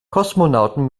kosmonauten